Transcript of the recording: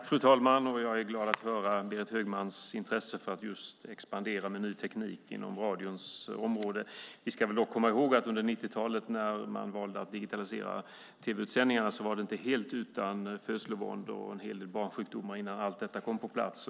Fru talman! Jag är glad att höra Berit Högmans intresse för att expandera med ny teknik på radions område. Vi ska dock komma ihåg att under 90-talet när man valde att digitalisera tv-utsändningarna var det inte helt utan födslovåndor och en hel del barnsjukdomar innan allt detta kom på plats.